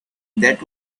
that